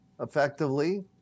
effectively